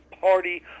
party